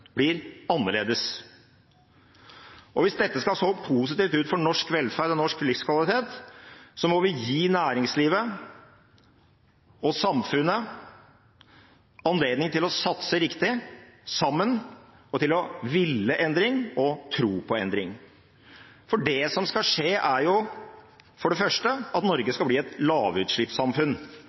blir annerledes. Hvis dette skal slå positivt ut for norsk velferd og norsk livskvalitet, må vi gi næringslivet og samfunnet anledning til å satse riktig, sammen – og til å ville endring og tro på endring. Det som skal skje, er for det første at Norge skal bli et lavutslippssamfunn.